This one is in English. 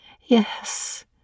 Yes